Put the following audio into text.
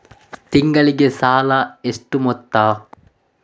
ತಿಂಗಳಿಗೆ ಸಾಲ ಎಷ್ಟು ಮೊತ್ತ?